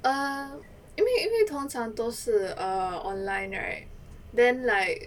err 因为因为通常都是 err online right then like